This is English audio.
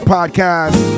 Podcast